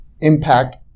impact